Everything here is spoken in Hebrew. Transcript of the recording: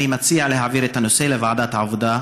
אני מציע להעביר את הנושא לוועדת העבודה,